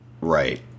Right